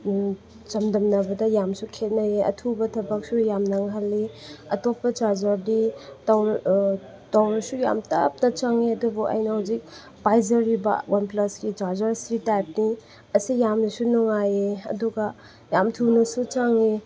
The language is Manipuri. ꯆꯥꯡꯗꯝꯅꯕꯗ ꯌꯥꯝꯁꯨ ꯈꯦꯠꯅꯩꯌꯦ ꯑꯊꯨꯕ ꯊꯕꯛꯁꯨ ꯌꯥꯝ ꯅꯪꯍꯜꯂꯤ ꯑꯇꯣꯞꯄ ꯆꯥꯔꯖꯔꯗꯤ ꯇꯧꯔꯁꯨ ꯌꯥꯝ ꯇꯞꯅ ꯆꯪꯉꯦ ꯑꯗꯨꯕꯨ ꯑꯩꯅ ꯍꯧꯖꯤꯛ ꯄꯥꯏꯖꯔꯤꯕ ꯋꯥꯟ ꯄ꯭ꯂꯁꯀꯤ ꯆꯥꯔꯖꯔ ꯁꯤ ꯇꯥꯏꯞꯇꯤ ꯑꯁꯤ ꯌꯥꯝꯅꯁꯨ ꯅꯨꯡꯉꯥꯏꯌꯦ ꯑꯗꯨꯒ ꯌꯥꯝ ꯊꯨꯅꯁꯨ ꯆꯪꯉꯦ